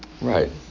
Right